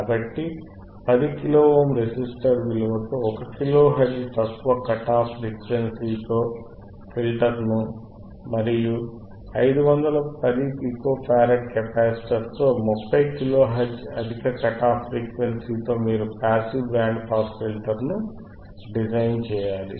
కాబట్టి 10 kilo ohm resistor విలువతో 1 kilohertz తక్కువ కట్ ఆఫ్ ఫ్రీక్వెన్సీతో ఫిల్టర్ను మరియు 510 పికో ఫారడ్ కెపాసిటర్తో 30 కిలో హెర్ట్జ్ అధిక కట్ ఆఫ్ ఫ్రీక్వెన్సీతో మీరు passive band pass filter design చేయాలి